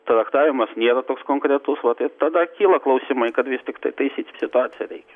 traktavimas nėra toks konkretus va taip tada kyla klausimai kad vis tiktai taisyti situaciją reikia